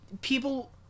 people